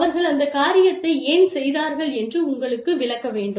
அவர்கள் அந்த காரியத்தை ஏன் செய்தார்கள் என்று உங்களுக்கு விளக்க வேண்டும்